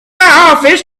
office